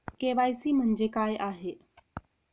KYC म्हणजे काय आहे?